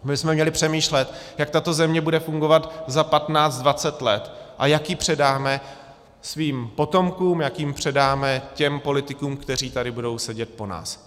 My bychom měli přemýšlet, jak tato země bude fungovat za patnáct, dvacet let a jak ji předáme svým potomkům, jak ji předáme těm politikům, kteří tady budou sedět po nás.